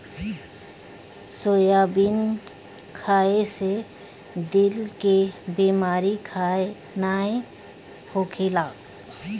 soybean खाए से दिल के बेमारी नाइ होखेला